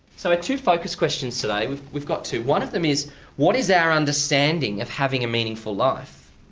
so two focus questions today. we've got two. one of them is what is our understanding of having a meaningful life?